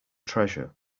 treasure